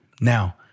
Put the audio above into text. Now